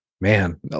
Man